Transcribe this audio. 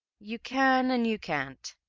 you can and you can't.